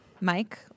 Mike